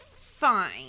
fine